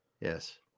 Yes